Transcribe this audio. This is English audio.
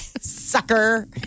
Sucker